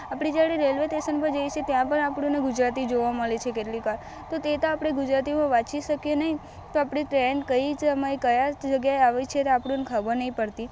આપણે જ્યારે railway station પર જઈએ છે ત્યાં પણ આપણને ગુજરાતી જોવા મળે છે કેટલીક વાર તો તે તો આપણે ગુજરાતી વાંચી શકીએ નહીં તો આપણે ટ્રેન કઈ જ કઈ સમયે કયા જગ્યા પર આવે છે તે આપણને ખબર નથી પડતી